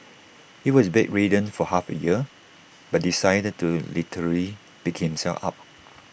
he was bedridden for half A year but decided to literally pick himself up